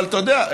אבל אתה יודע,